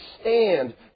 stand